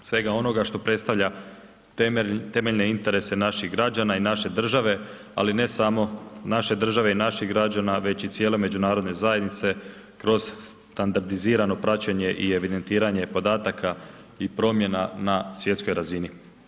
Svega onoga što predstavlja temeljne interese naših građana i naše države, ali ne samo naše države i naših građana, već i cijele međunarodne zajednice kroz standardizirano praćenje i evidentiranje podataka i promjena na svjetskoj razini.